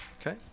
Okay